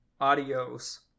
Adios